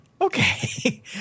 okay